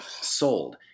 sold